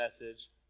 message